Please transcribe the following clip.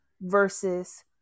versus